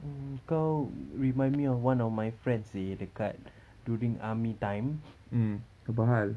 mm kau remind me of one of my friends seh dekat during army time